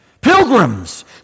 Pilgrims